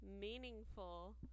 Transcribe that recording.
meaningful